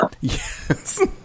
Yes